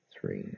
three